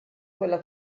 quella